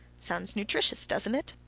sounds nutritious, doesn't it?